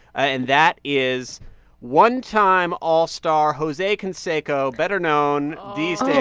and that is one-time all-star jose canseco, better known these days